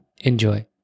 Enjoy